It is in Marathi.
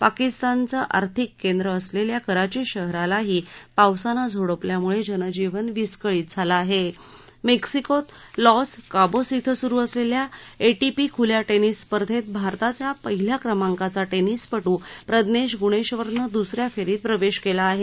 पाकिस्तानचं आर्थिक केंद्र असलेल्या कराची शहरालाही पावसानं झोडपल्यामुळे जनजीवन विस्कळीत झालं आहे मेक्सिकोत लॉल्स काबोस इथं सुरु असलेल्या ऐप्मि खुल्या प्रिस स्पर्धेत भारताचा पहिल्या क्रमांकाचा भिसप्टा प्रज्ञेश गुणेश्वरनं दूस या फेरीत प्रवेश केला आहे